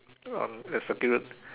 ah that's a period